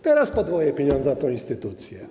Teraz podwoję pieniądze na tę instytucję.